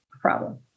problem